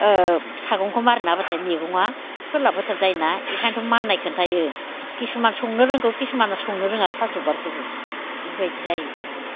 सागंखौ मारिना होबाथाय मैगङा फोरलाब फोथाब जायोना बेखायनोथ' माननाय खिन्थायो किसुमान संनो रोंगौ किसुमाना संनो रोङा थास' बिबारखौबो बेबायदि जायो तारमाने